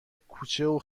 کوچه